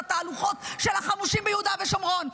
את התהלוכות של החמושים ביהודה ושומרון.